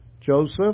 Joseph